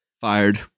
Fired